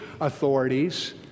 authorities